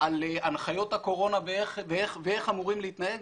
על הנחיות הקורונה ואיך אמורים להתנהג?